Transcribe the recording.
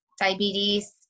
diabetes